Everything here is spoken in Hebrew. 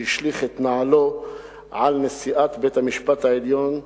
שהשליך את נעלו על נשיאת בית-המשפט העליון,